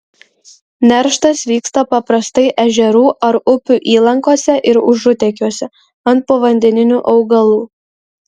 nerštas vyksta paprastai ežerų ar upių įlankose ir užutekiuose ant povandeninių augalų